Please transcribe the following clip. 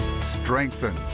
strengthen